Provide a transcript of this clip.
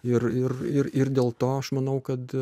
ir ir ir dėl to aš manau kad